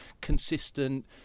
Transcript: consistent